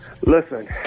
Listen